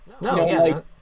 no